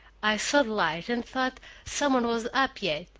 i saw the light, and thought some one was up yet.